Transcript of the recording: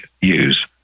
use